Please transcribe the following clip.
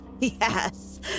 Yes